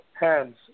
hands